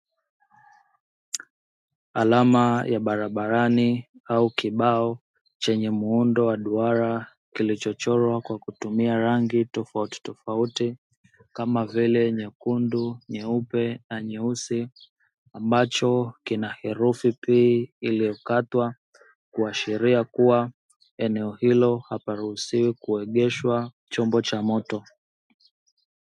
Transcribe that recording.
Alama ya barabarani au kibao chenye muundo wa duara, kilichochorwa kwa kutumia rangi tofautitofauti kama vile nyekundu, nyeupe na nyeusi ambacho kina herufi "P" iliyokatwa kuashiria kuwa, eneo hilo haparuhusiwi kuegeshwa chombo cha moto.